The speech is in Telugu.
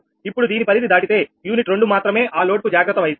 ఇప్పుడు దీని పరిధి దాటితే యూనిట్ 2 మాత్రమే ఆ లోడ్ కు జాగ్రత్త వహిస్తుంది